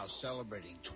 celebrating